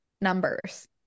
numbers